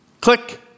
click